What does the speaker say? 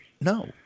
No